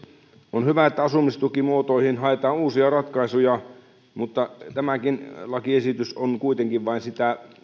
on hyvä että asumistukimuotoihin haetaan uusia ratkaisuja mutta tämäkin lakiesitys on kuitenkin vain sitä